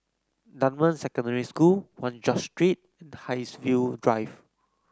Dunman Secondary School One George Street and Haigsville Drive